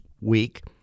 week